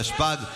התשפ"ג 2023,